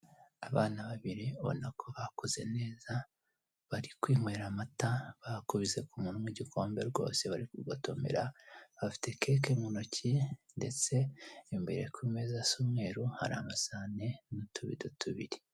Abana babiri ubona ko bakuze neza bari kwinywera amata, bakubise ku munwa w'igikombe rwose bari kugotomera, bafite keke mu ntoki ndetse imbere ku meza asa umweru hari amasahane n'utubido tubiri.